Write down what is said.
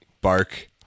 Bark